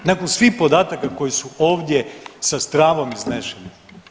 Nakon svih podataka koji su ovdje sa stravom iznešeni?